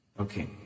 Okay